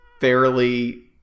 fairly